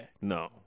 No